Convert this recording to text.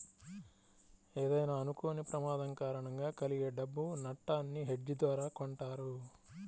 ఏదైనా అనుకోని ప్రమాదం కారణంగా కలిగే డబ్బు నట్టాన్ని హెడ్జ్ ద్వారా కొంటారు